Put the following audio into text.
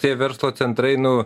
tie verslo centrai nu